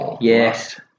Yes